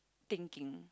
thinking